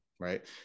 right